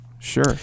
Sure